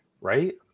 right